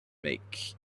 make